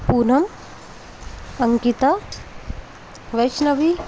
Poonam Ankita Vaishnavi